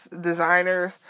designers